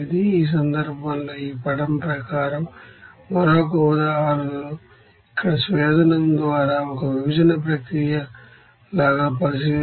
ఈ సందర్భంలో ఈ పటం ప్రకారం మరొక ఉదాహరణలను ఇక్కడ డిస్టిల్ల్య టుద్వారా ఒక సెపరేషన్ ప్రాసెస్ లాగా పరిశీలిద్దాం